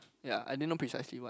ya I didn't know precisely what